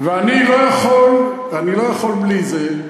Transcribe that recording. ואני לא יכול בלי זה,